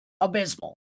abysmal